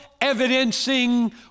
evidencing